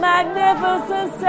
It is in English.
Magnificent